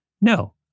No